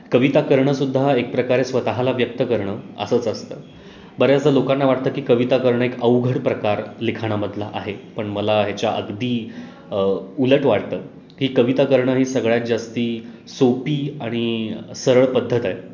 कविता करणं सुद्धा एक प्रकारे स्वतःला व्यक्त करणं असंच असतं बऱ्याचदा लोकांना वाटतं की कविता करणं एक अवघड प्रकार लिखाणामधला आहे पण मला ह्याच्या अगदी उलट वाटतं की कविता करणं ही सगळ्यात जास्त सोपी आणि सरळ पद्धत आहे